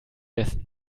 wessen